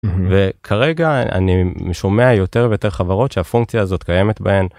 וכרגע אני שומע יותר ויותר חברות שהפונקציה הזאת קיימת בהן.